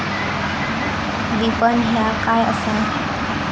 विपणन ह्या काय असा?